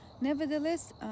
Nevertheless